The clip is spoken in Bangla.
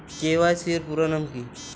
কে.ওয়াই.সি এর পুরোনাম কী?